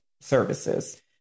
services